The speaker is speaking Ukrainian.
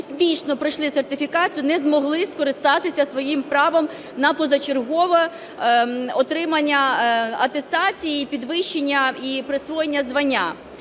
які успішно пройшли сертифікацію, не змогли скористатися своїм правом на позачергове отримання атестації і присвоєння звання.